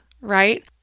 right